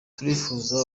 tubifurije